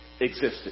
existed